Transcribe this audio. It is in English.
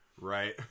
Right